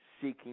seeking